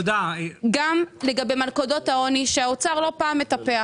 צריך גם לדון במלכודות העוני שהאוצר לא פעם מטפח.